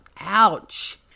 Ouch